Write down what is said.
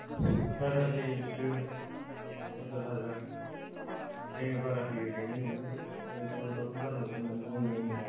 बाजारनि बुस्तु हाजार हाजार जायनो बारा होयो बेनो मोनो गावजोंगाव मानो दावराव जानांगौ होननानै बुंबाय आङो